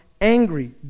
angry